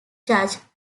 judge